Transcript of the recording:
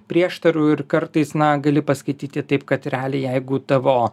prieštarų ir kartais na gali paskaityti taip kad realiai jeigu tavo